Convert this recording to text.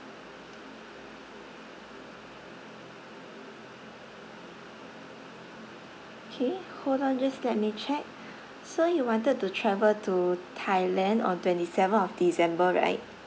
K hold on just let me check so you wanted to travel to thailand on twenty seven of december right